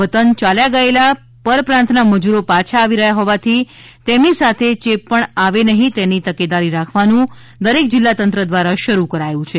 વતન ચાલ્યા ગયેલા પર પ્રાંતના મજૂરો પાછા આવી રહ્યા હોવાથી તેમની સાથે ચેપ પણ આવે નહીં તેની તકેદારી રાખવાનું દરેક જિલ્લા તંત્ર દ્વારા શરૂ કરાયું છે